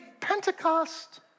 Pentecost